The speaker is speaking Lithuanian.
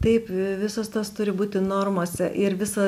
taip visas tas turi būti normose ir visa